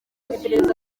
iperereza